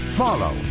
Follow